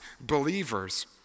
believers